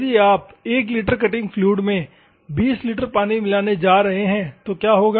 यदि आप 1 litre cutting fluid में 20 लीटर पानी मिलाने जा रहे हैं तो क्या होगा